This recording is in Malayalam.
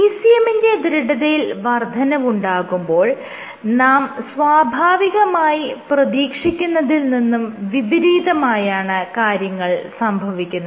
ECM ന്റെ ദൃഢതയിൽ വർദ്ധനവുണ്ടാകുമ്പോൾ നാം സ്വാഭാവികമായി പ്രതീക്ഷിക്കുന്നതിൽനിന്നും വിപരീതമായാണ് കാര്യങ്ങൾ സംഭവിക്കുന്നത്